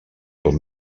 com